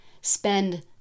spend